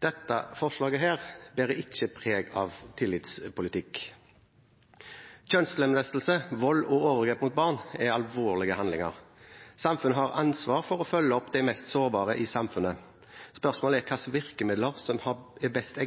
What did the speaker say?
Dette forslaget bærer ikke preg av tillitspolitikk. Kjønnslemlestelse, vold og overgrep mot barn er alvorlige handlinger. Samfunnet har ansvar for å følge opp de mest sårbare i samfunnet. Spørsmålet er hvilke virkemidler som er best